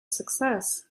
success